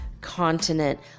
continent